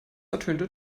ertönte